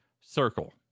Circle